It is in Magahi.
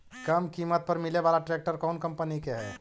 कम किमत पर मिले बाला ट्रैक्टर कौन कंपनी के है?